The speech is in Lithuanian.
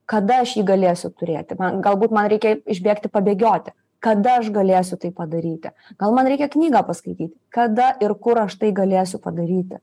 kada aš jį galėsiu turėti man galbūt man reikia išbėgti pabėgioti kada aš galėsiu tai padaryti gal man reikia knygą paskaityt kada ir kur aš tai galėsiu padaryti